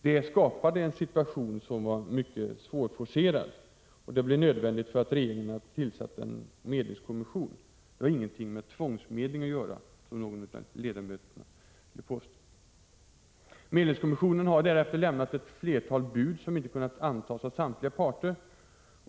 Detta skapade en situation som var mycket svårforcerad, och det blev nödvändigt för regeringen att tillsätta en medlingskommission. Det har ingenting med tvångsmedling att göra, som någon av ledamöterna påstod. Medlingskommissionen har därefter lämnat ett flertal bud som inte har kunnat antas av samtliga parter.